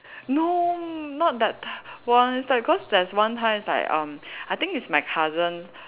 no not that type one cause there's one time that's like um I think is my cousin